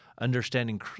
Understanding